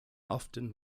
often